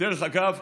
דרך אגב,